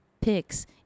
picks